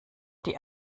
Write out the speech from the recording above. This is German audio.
die